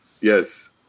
Yes